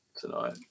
tonight